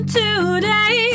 today